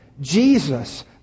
Jesus